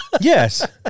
Yes